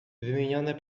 wymienione